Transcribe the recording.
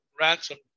ransom